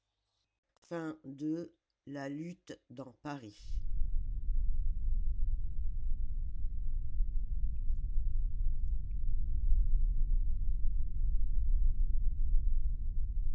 la lutte dans paris